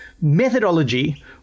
Methodology